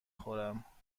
خورم